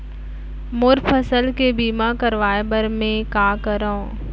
मोर फसल के बीमा करवाये बर में का करंव?